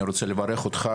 אני רוצה לברך אותך,